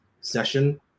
session